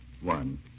One